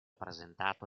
presentato